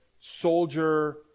soldier